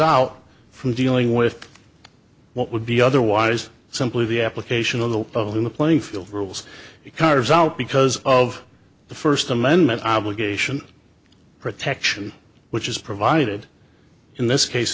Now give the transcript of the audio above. out from dealing with what would be otherwise simply the application of the of the playing field rules carves out because of the first amendment obligation protection which is provided in this case